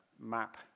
map